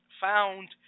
found